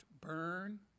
burn